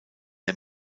der